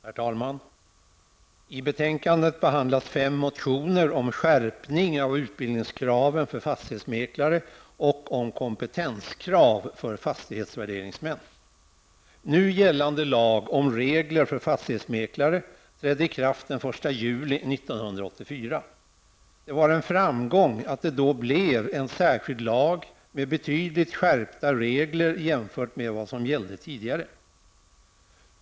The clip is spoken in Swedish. Herr talman! I betänkandet behandlas fem motioner om skärpning av utbildningskraven för fastighetsmäklare och om kompetenskrav för fastighetsvärderingsmän. Nu gällande lag om regler för fastighetsmäklare trädde i kraft den 1 juli 1984. Det var en framgång att det då blev en särskild lag med betydligt skärpta regler, jämfört med vad som gällde tidigare.